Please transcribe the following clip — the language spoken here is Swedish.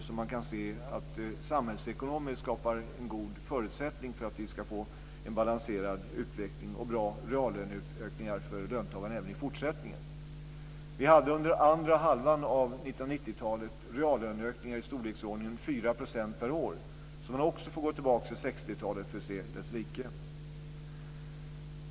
Det skapar samhällsekonomiskt en god förutsättning för att vi ska få en balanserad utveckling och bra reallöneökningar för löntagarna även i fortsättningen.